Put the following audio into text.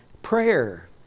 Prayer